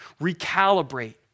recalibrate